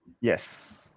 Yes